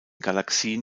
galaxien